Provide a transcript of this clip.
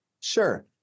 Sure